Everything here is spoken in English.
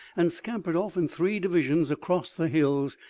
and scampered off in three divisions across the hills,